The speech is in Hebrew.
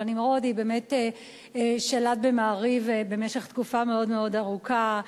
אבל נמרודי באמת שלט ב"מעריב" במשך תקופה מאוד מאוד ארוכה,